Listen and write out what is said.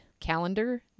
calendar